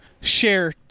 share